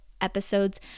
episodes